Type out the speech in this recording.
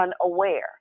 unaware